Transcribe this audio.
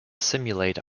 simulate